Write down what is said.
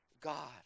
God